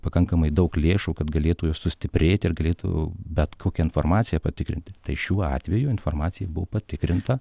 pakankamai daug lėšų kad galėtų jos sustiprėti ir galėtų bet kokią informaciją patikrinti tai šiuo atveju informacija buvo patikrinta